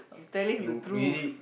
I'm telling the truth